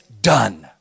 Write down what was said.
done